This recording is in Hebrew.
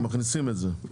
אתם מכניסים את זה?